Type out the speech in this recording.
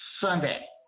Sunday